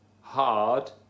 hard